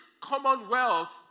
commonwealth